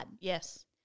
Yes